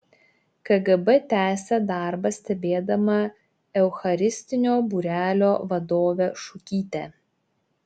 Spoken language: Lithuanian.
kgb tęsė darbą stebėdama eucharistinio būrelio vadovę šukytę